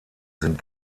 sind